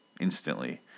instantly